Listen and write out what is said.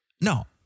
No